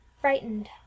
frightened